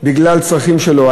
בגלל צרכים שלו,